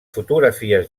fotografies